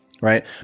right